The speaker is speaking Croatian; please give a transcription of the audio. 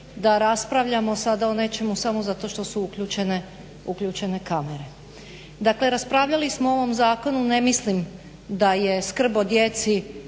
da raspravljamo sada o nečemu samo zato što su uključene kamere. Dakle, raspravljali smo o ovom zakonu, ne mislim da je skrb o djeci